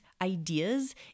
ideas